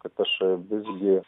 kad aš e visgi